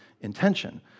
intention